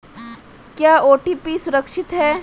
क्या ओ.टी.पी सुरक्षित है?